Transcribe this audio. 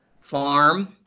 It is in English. farm